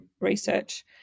research